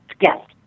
Yes